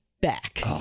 back